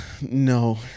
No